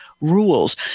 rules